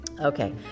Okay